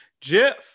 Jeff